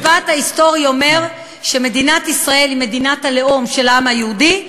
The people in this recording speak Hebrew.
המשפט ההיסטורי אומר שמדינת ישראל היא מדינת הלאום של העם היהודי,